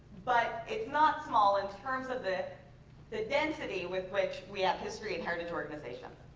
but it's not small in terms of the the density with which we have history and heritage organization.